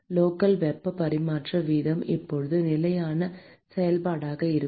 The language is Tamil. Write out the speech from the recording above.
லோக்கள் வெப்ப பரிமாற்ற வீதம் இப்போது நிலையின் செயல்பாடாக இருக்கும்